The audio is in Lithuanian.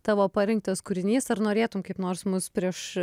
tavo parinktas kūrinys ar norėtum kaip nors mus prieš